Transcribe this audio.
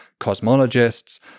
cosmologists